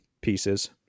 pieces